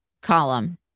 column